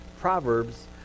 Proverbs